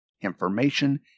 information